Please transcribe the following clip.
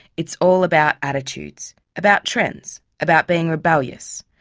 it's all about attitudes, about trends, about being rebellious.